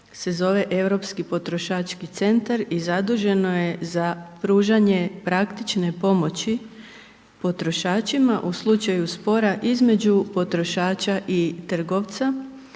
se zove Europski potrošački centar i zaduženo je za pružanje praktične pomoći potrošačima u slučaju spora između potrošača i trgovca,